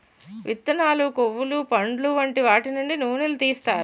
విత్తనాలు, కొవ్వులు, పండులు వంటి వాటి నుండి నూనెలు తీస్తారు